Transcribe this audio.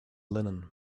linen